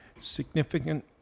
significant